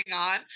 on